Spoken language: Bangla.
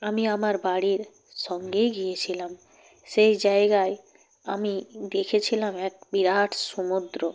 আমি আমার বাড়ির সঙ্গেই গিয়েছিলাম সেই জায়গায় আমি দেখেছিলাম এক বিরাট সমুদ্র